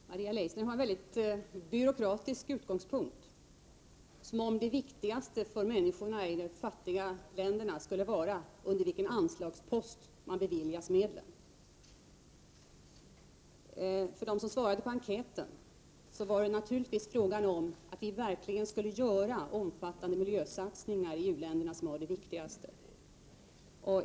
Fru talman! Maria Leissner har en väldigt byråkratisk utgångspunkt, som om det viktigaste för människorna i de fattiga länderna skulle vara under vilken anslagspost medlen beviljas. För dem som svarade på enkäten var naturligtvis det viktigaste att vi verkligen skulle göra omfattande miljösatsningar i u-länderna.